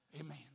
Amen